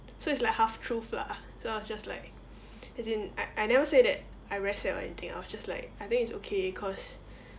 so it's like half truth lah so I was just like as in I I never said that I'm very sad or anything I was just like I think it's okay cause